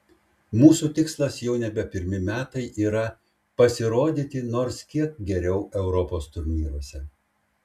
mūsų tikslas jau nebe pirmi metai yra pasirodyti nors kiek geriau europos turnyruose